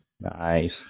Nice